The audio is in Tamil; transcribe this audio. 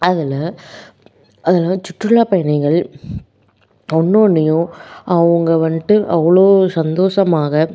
அதில் அதில் சுற்றுலா பயணிகள் ஒன்று ஒன்றையும் அவங்க வந்துட்டு அவ்வளோ சந்தோஷமாக